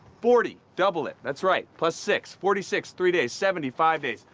forty, double it. that's right. plus six, forty six, three days. seventy five days.